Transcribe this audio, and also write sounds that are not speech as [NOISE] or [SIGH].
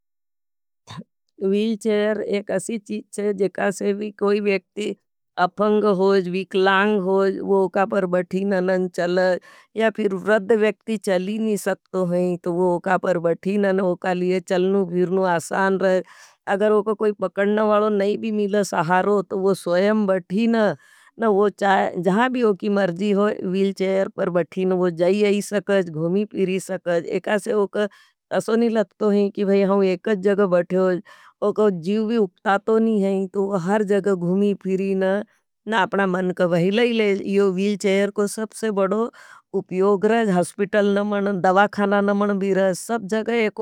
[HESITATION] वील्चेर एक असी चीज़ है, जेकासे भी कोई व्यक्ति [HESITATION] अफंग होज। विकलांग होज, वो उका पर बठी न न चल या फिर व्रद व्यक्ति चली नी सकतो हैं। तो वो उका पर बठी न न उका लिए चलनु फिरनु आसान रहे [HESITATION] अगर उका कोई पकड़न वालों नहीं भी मिला सहारों। तो वो स्वयम बठी न जहां भी उकी मरजी होई वील्चेर पर बठी न वो जाई आई सकज। घुमी फिरी सकज, एकासे उका असो नी लगतो हैं कि हम एक जग बठे होज, उका जीव भी उकतातो नी हैं। तो वह हर जगह घूमी फिरी ना [HESITATION] ना अपने मन का बहिलायी लाई। यो व्हीलचेयर को उप्योग रहेज। हस्पितल न मन, दवा खाना न मन भी रह, सब जग एक।